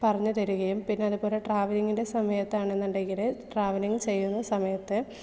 പറഞ്ഞുതരികയും പിന്നെ അതുപോലെ ട്രാവലിങ്ങിൻ്റെ സമയത്താണെന്നുണ്ടെങ്കിൽ ട്രാവലിംഗ് ചെയ്യുന്ന സമയത്ത്